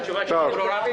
התשובה שלי ברורה?